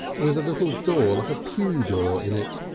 with a little door like a pew door in it.